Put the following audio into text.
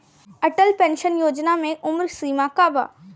Atal pension Yojana मे उम्र सीमा का बा?